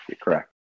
correct